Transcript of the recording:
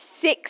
six